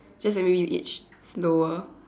just that maybe age slower